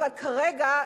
אבל כרגע,